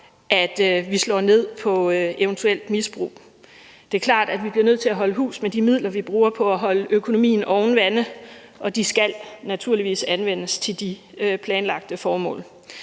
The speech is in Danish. at vi slår ned på eventuelt misbrug. Det er klart, at vi bliver nødt til at holde hus med de midler, vi bruger på at holde økonomien oven vande, og de skal naturligvis anvendes til de planlagte formål.